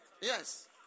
Yes